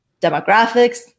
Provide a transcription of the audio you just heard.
demographics